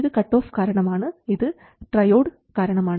ഇത് cut off കാരണമാണ് ഇത് ട്രയോഡ് കാരണമാണ്